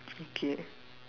okay